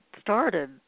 started